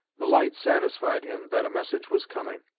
the light satisfied him that a message was coming,